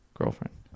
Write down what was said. girlfriend